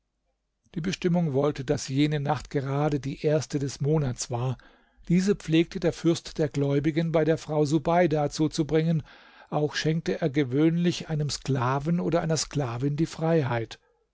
die bestimmung wollte daß jene nacht gerade die erste des monats war diese pflegte der fürst der gläubigen bei der frau subeida zuzubringen auch schenkte er gewöhnlich einem sklaven oder einer sklavin die freiheit